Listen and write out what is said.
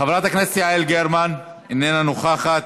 חברת הכנסת יעל גרמן, איננה נוכחת,